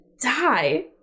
die